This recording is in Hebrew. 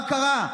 מה קרה?